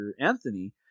Anthony